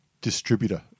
distributor